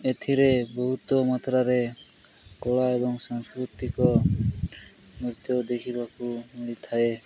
ଏଥିରେ ବହୁତ ମାତ୍ରାରେ କଳା ଏବଂ ସାଂସ୍କୃତିକ ନୃତ୍ୟ ଦେଖିବାକୁ ମିଳିଥାଏ